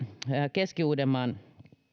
keski uudenmaan